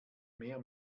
mehr